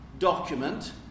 Document